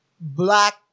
Black